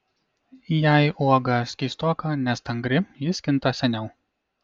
jei uoga skystoka nestangri ji skinta seniau